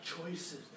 choices